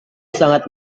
sangat